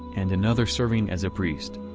and another serving as a priest.